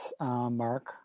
Mark